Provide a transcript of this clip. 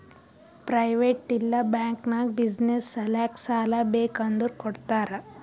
private ಇಲ್ಲಾ bank ನಾಗ್ business ಸಲ್ಯಾಕ್ ಸಾಲಾ ಬೇಕ್ ಅಂದುರ್ ಕೊಡ್ತಾರ್